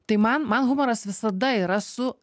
tai man man humoras visada yra su